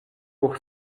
pour